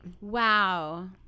Wow